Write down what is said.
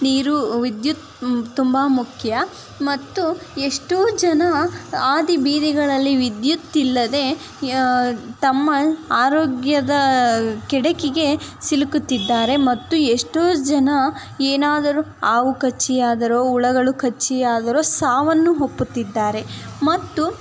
ನೀರು ವಿದ್ಯುತ್ ತುಂಬ ಮುಖ್ಯ ಮತ್ತು ಎಷ್ಟೋ ಜನ ಹಾದಿ ಬೀದಿಗಳಲ್ಲಿ ವಿದ್ಯುತ್ ಇಲ್ಲದೆ ತಮ್ಮ ಆರೋಗ್ಯದ ಕೆಡುಕಿಗೆ ಸಿಲುಕುತ್ತಿದ್ದಾರೆ ಮತ್ತು ಎಷ್ಟೋ ಜನ ಏನಾದರೂ ಹಾವು ಕಚ್ಚಿಯಾದರೋ ಹುಳಗಳು ಕಚ್ಚಿಯಾದರೋ ಸಾವನ್ನು ಅಪ್ಪುತ್ತಿದ್ದಾರೆ ಮತ್ತು